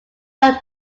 are